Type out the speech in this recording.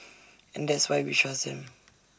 and that's why we trust him